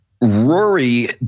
Rory